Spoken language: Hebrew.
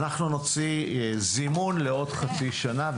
אנחנו נוציא זימון לעוד חצי שנה,